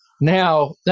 Now